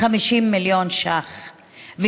50 מיליון שקלים חדשים,